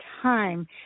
Time